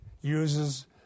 uses